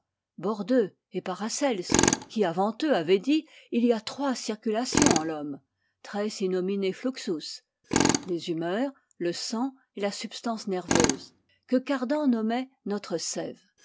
bordeu et paracelse qui avant eux avaient dit il y a trois circulations en l'homme très in homine fluxus les humeurs le sang et la substance nerveuse que cardan nommait notre sève